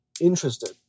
interested